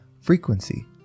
frequency